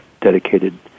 dedicated